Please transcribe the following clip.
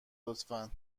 لطفا